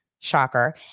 shocker